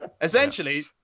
Essentially